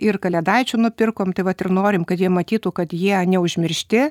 ir kalėdaičių nupirkom tai vat ir norim kad jie matytų kad jie neužmiršti